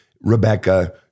Rebecca